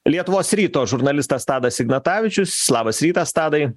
lietuvos ryto žurnalistas tadas ignatavičius labas rytas tadai